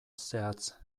zehatz